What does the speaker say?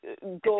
go